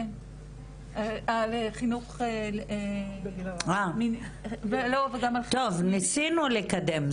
על חינוך בגיל הרך --- טוב ניסינו לקדם,